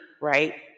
right